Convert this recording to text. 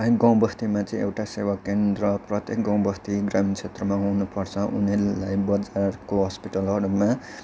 अनि गाउँ बस्तीमा चाहिँ एउटा सेवाकेन्द्र प्रत्येक गाउँ बस्ती ग्रामीण क्षेत्रमा हुनुपर्छ उनीहरूलाई बजारको हस्पिटलहरूमा